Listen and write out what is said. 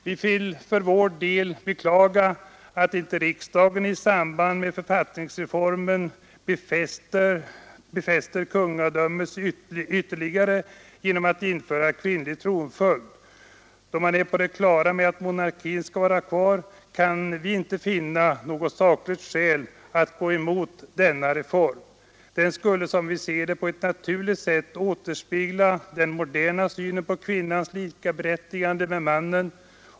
Vi vill för vår del beklaga att inte riksdagen i samband med författningsreformen befäster konungadömet ytterligare genom att införa kvinnlig tronföljd. Då man är på det klara med att monarkin skall vara kvar, kan vi inte finna något sakligt skäl för att gå emot denna reform. Den skulle som vi ser det på ett naturligt sätt återspegla den moderna synen på kvinnans likaberättigandé med mannen.